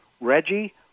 Reggie